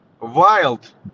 wild